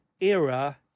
era